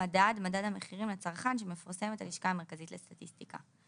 "מדד" מדד המחירים לצרכן שמפרסמת הלשכה המרכזית לסטטיסטיקה.